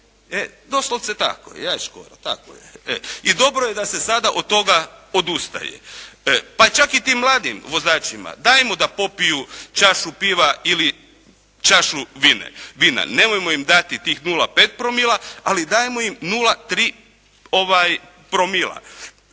Doslovce tako. Je Škoro tako je. I dobro je da se sada od toga odustaje. Pa čak i tim mladim vozačima dajmo da popiju čašu piva ili čašu vina. Nemojmo im dati tih 0,5 promila, ali dajmo im 0,3 promila.